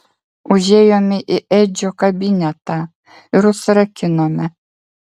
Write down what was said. užėjome į edžio kabinetą ir užsirakinome